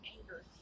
anger